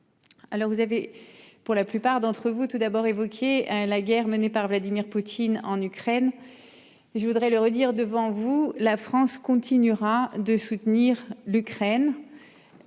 Alors vous avez pour la plupart d'entre vous tout d'abord évoqué la guerre menée par Vladimir Poutine en Ukraine. Je voudrais le redire devant vous, la France continuera de soutenir l'Ukraine.